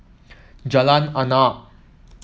Jalan Arnap